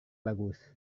bagus